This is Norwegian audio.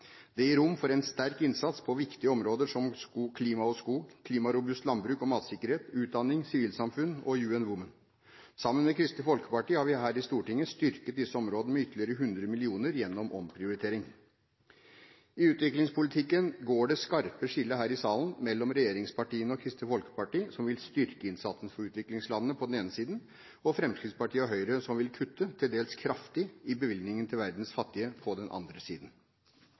Det gir rom for en sterk innsats på viktige områder som klima og skog, klimarobust landbruk og matsikkerhet, utdanning, sivilsamfunn og UN Woman. Sammen med Kristelig Folkeparti har vi her i Stortinget styrket disse områdene med ytterligere 100 mill. kr gjennom en omprioritering. I utviklingspolitikken går det skarpe skillet her i salen mellom regjeringspartiene og Kristelig Folkeparti som vil styrke innsatsen for utviklingslandene, på den ene siden, og Fremskrittspartiet og Høyre som vil kutte, til dels kraftig, i bevilgningene til verdens fattige, på den andre siden.